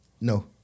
No